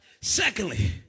Secondly